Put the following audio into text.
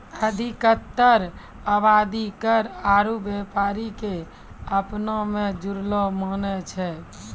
अधिकतर आवादी कर आरु व्यापारो क अपना मे जुड़लो मानै छै